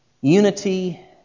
unity